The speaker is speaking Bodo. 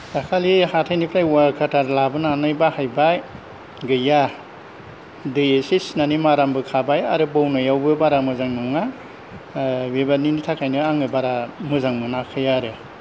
दाखालि हाथायनिफ्राय औवा काटार लाबोनानै बाहायबाय गैया दै इसे सिनानै मारामबो खाबाय आरो बौनायावबो बारा मोजां नङा बेबादिनि थाखायनो आङो बारा मोजां मोनाखै आरो